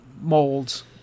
molds